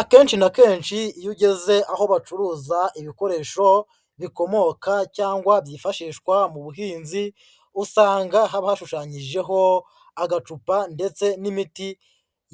Akenshi na kenshi iyo ugeze aho bacuruza ibikoresho bikomoka cyangwa byifashishwa mu buhinzi, usanga haba hashushanyijeho agacupa ndetse n'imiti